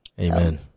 Amen